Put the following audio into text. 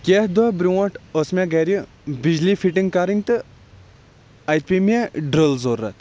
کیٚنٛہہ دۄہ برٛونٛٹھ ٲسۍ مےٚ گَرٕ بِجلی فِٹِنٛگ کَرٕنۍ تہٕ اَتہِ پیےٚ مےٚ ڈرٛل ضروٗرت